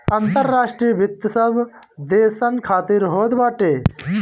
अंतर्राष्ट्रीय वित्त सब देसन खातिर होत बाटे